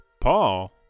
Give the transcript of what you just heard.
Paul